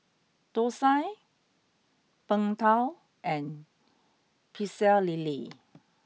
Thosai Png Tao and Pecel Lele